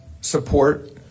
support